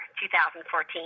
2014